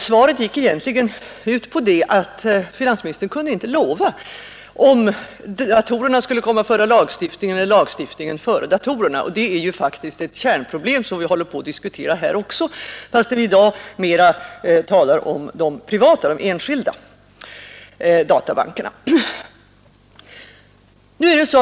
Svaret gick egentligen ut på att finansministern inte kunde ge besked om huruvida datorerna skulle komma före lagstiftningen eller lagstiftningen före datorerna, och det är faktiskt ett problem som vi håller på att diskutera här i dag också, fastän vi i dag talar mera om de privata, de enskilda, databankerna.